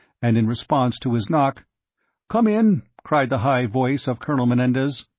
and in response to his knock come in, cried the high voice of colonel menendez.